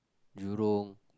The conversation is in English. jurong